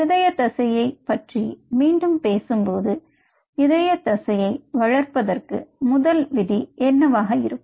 இருதய தசையைப் பற்றி மீண்டும் பேசும்போது இதய தசையை வளர்ப்பதற்கு முதல் விதி என்னவாக இருக்கும்